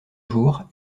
jour